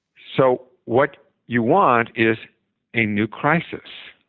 so what you want is a new crisis.